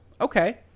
Okay